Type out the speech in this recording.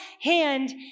hand